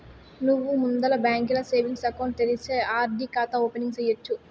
నువ్వు ముందల బాంకీల సేవింగ్స్ ఎకౌంటు తెరిస్తే ఆర్.డి కాతా ఓపెనింగ్ సేయచ్చు